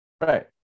Right